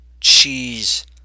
cheese